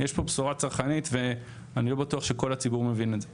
יש פה בשורה צרכנית ואני לא בטוח שכל הציבור מבין אלת זה,